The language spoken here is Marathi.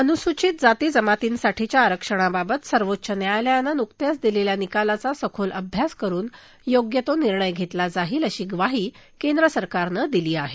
अनुसूषित जाती जमातींसाठीच्या आरक्षणाबाबत सर्वोच्च न्यायालयानं नुकत्याच दिलेल्या निकालाचा सखोल अभ्यास करुन योग्य तो निर्णय घेतला जाईल अशी ग्वाही केंद्र सरकारनं दिली आहे